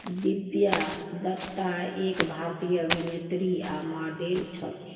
दिव्या दत्ता एक भारतीय अभिनेत्री आ माडल छथि